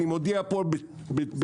אני מודיע פה בצניעות.